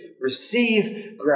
Receive